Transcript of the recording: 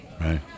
Right